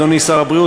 אדוני שר הבריאות,